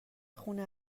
خونه